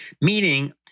meaning